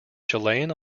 chilean